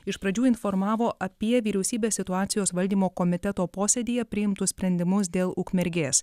iš pradžių informavo apie vyriausybės situacijos valdymo komiteto posėdyje priimtus sprendimus dėl ukmergės